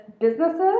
businesses